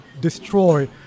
destroy